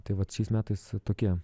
tai vat šiais metais tokie